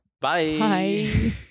Bye